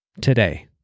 Today